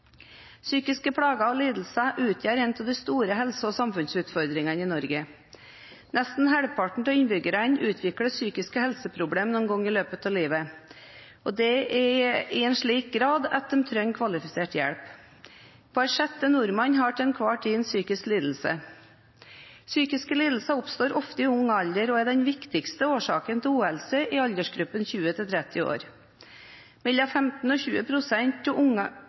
Psykiske plager og lidelser utgjør en av de store helse- og samfunnsutfordringene i Norge. Nesten halvparten av innbyggerne utvikler psykiske helseproblem en gang i løpet av livet og det i en slik grad at de trenger kvalifisert hjelp. Hver sjette nordmann har til enhver tid en psykisk lidelse. Psykiske lidelser oppstår ofte i ung alder og er den viktigste årsaken til uhelse i aldersgruppen 20–30 år. Mellom 15 og 20 pst. av barn og unge